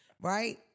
Right